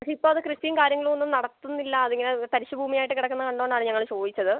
പക്ഷേ ഇപ്പം അത് കൃഷിയും കാര്യങ്ങളും ഒന്നും നടത്തുന്നില്ല അതിങ്ങനെ തരിശ് ഭൂമിയായിട്ട് കിടക്കുന്നത് കണ്ടുകൊണ്ടാണ് ഞങ്ങള് ചോദിച്ചത്